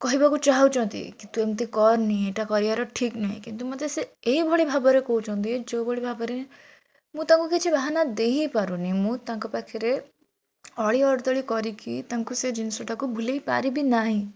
କହିବାକୁ ଚାହୁଁଛନ୍ତି କି ତୁ ଏମିତି କରନି ଏଟା କରିବାର ଠିକ୍ ନୁହେଁ କିନ୍ତୁ ମୋତେ ସେ ଏଇଭଳି ଭାବରେ କହୁଛନ୍ତି ଯୋଉଭଳି ଭାବରେ ମୁଁ ତାଙ୍କୁ କିଛି ବାହାନା ଦେଇ ହିଁ ପାରୁନି ମୁଁ ତାଙ୍କ ପାଖରେ ଅଳିଅର୍ଦଳୀ କରିକି ତାଙ୍କୁ ସେ ଜିନିଷଟା କୁ ଭୁଲେଇ ପାରିବି ନାହିଁ